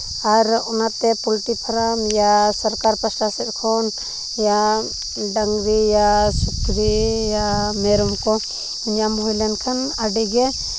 ᱟᱨ ᱚᱱᱟᱛᱮ poultry farm ᱭᱟ ᱥᱚᱨᱠᱟᱨ ᱯᱟᱥᱴᱟ ᱥᱮᱫ ᱠᱷᱚᱱᱭᱟ ᱰᱟᱝᱨᱤ ᱭᱟ ᱥᱩᱠᱨᱤᱭᱟ ᱢᱮᱨᱚᱢ ᱠᱚ ᱧᱟᱢ ᱦᱩᱭ ᱞᱮᱱᱠᱷᱟᱱ ᱟᱹᱰᱤᱜᱮ